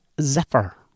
zephyr